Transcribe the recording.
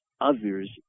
others